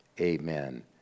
Amen